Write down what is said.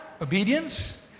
obedience